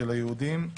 של היהודים.